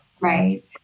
Right